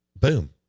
Boom